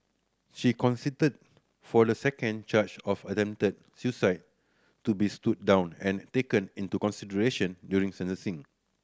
she consented for the second charge of attempted suicide to be stood down and taken into consideration during sentencing